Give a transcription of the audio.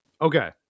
Okay